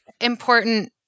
important